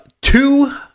two